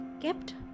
kept